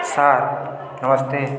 sir Namaste